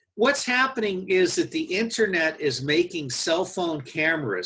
what's happening is that the internet is making cell phone cameras